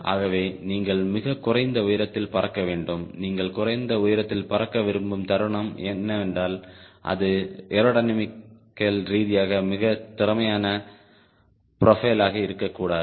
ஆகவே நீங்கள் மிகக் குறைந்த உயரத்தில் பறக்க வேண்டும் நீங்கள் குறைந்த உயரத்தில் பறக்க விரும்பும் தருணம் என்னவென்றால் அது ஏரோடைனமிகல் ரீதியாக மிகவும் திறமையான ப்ரோபைலாக இருக்கக்கூடாது